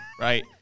right